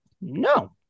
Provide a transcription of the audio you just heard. no